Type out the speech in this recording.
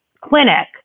clinic